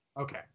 Okay